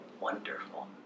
wonderful